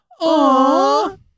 Aww